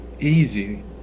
easy